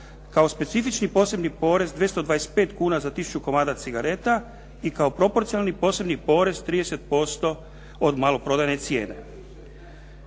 Kao specifični posebni porez 225 kuna za tisuću komada cigareta i kao propocionalni posebni porez 30% od maloprodajne cijene.